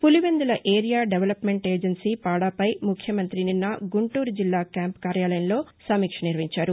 Pulivendula area development agency PADA పై ముఖ్యమంత్రి నిన్న గుంటూరు జిల్లా క్యాంపు కార్యాలయంలో సమీక్ష నిర్వహించారు